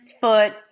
foot